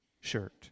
shirt